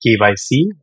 KYC